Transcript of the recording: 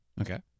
Okay